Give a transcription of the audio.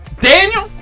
Daniel